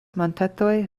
montetoj